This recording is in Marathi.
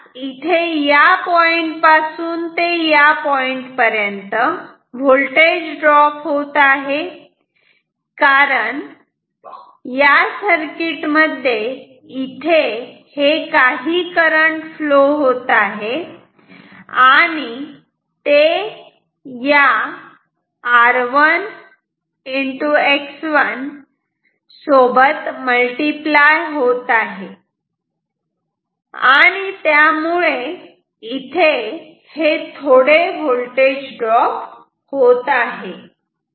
आता इथे या पॉईंट पासून ते या पॉइंट पर्यंत होल्टेज ड्रॉप आहे कारण या सर्किट मध्ये इथे हे काही करंट फ्लो होत आहे आणि ते या r1X1 सोबत मल्टिप्लाय होत आहे आणि त्यामुळे इथे हे थोडे होल्टेज ड्रॉप होतं आहे